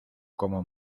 como